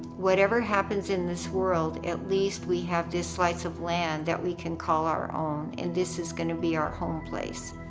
whatever happens in this world, at least we have this slice of land that we can call our own. and this is gonna be our home place.